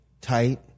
tight